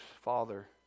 Father